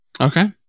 okay